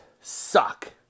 suck